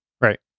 Right